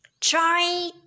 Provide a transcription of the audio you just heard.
try